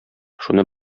шуны